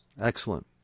Excellent